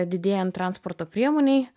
didėjant transporto priemonei